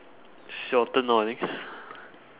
it's your turn now I think